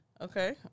Okay